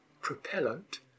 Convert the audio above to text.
propellant